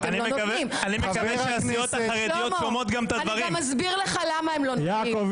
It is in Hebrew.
חבר הכנסת ווליד טאהא, אני קורא אותך לסדר